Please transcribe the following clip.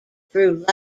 through